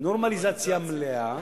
נורמליזציה מלאה,